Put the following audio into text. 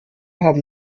haben